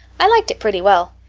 i liked it pretty well.